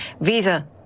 Visa